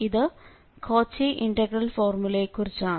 ഇത് Cauchy integral formula യെക്കുറിച്ചാണ്